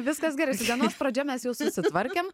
viskas gerai su dienos pradžia mes jau susitvarkėm